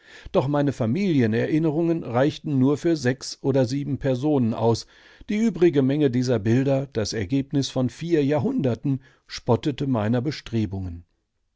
doch meine familienerinnerungen reichten nur für sechs oder sieben personen aus die übrige menge dieser bilder das ergebnis von vier jahrhunderten spottete meiner bestrebungen